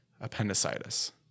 appendicitis